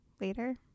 later